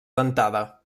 dentada